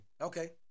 Okay